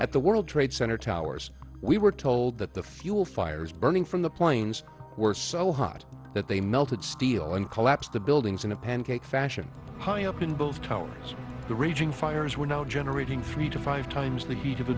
at the world trade center towers we were told that the fuel fires burning from the planes were so hot that they melted steel and collapse the buildings in a pancake fashion high up in both towers the raging fires were not generating three to five times the heat of